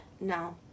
No